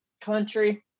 Country